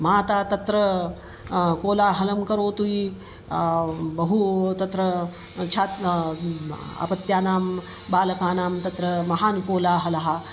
माता तत्र कोलाहलं करोति इति बहु तत्र छात्रः अपत्यानां बालकानां तत्र महान् कोलाहलः